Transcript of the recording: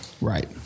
right